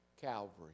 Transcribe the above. calvary